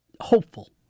Hopeful